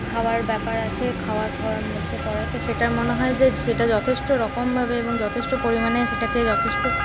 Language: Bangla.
খাওয়ার ব্যাপার আছে খাবার খাওয়ার মধ্যে পড়ে তো সেটার মনে হয় যে সেটা যথেষ্ট রকমভাবে এবং যথেষ্ট পরিমাণে সেটাকে যথেষ্ট